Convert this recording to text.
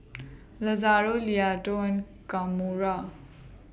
Lazaro Leota and Kamora